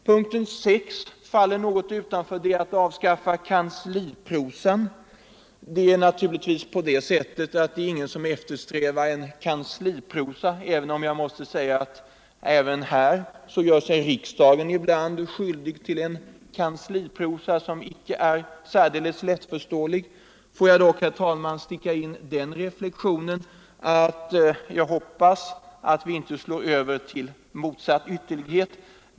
Punkten 6 faller utanför frågan om den kommunala demokratin — den gäller avskaffande av kansliprosan. Ingen eftersträvar naturligtvis kansliprosan, Dock måste jag säga att också riksdagen ibland gör sig skyldig till en kansliprosa som inte är särdeles lättförståelig. Låt mig dock, herr talman, sticka in den reflexionen, att jag hoppas att utvecklingen inte slår över till motsatt ytterlighet.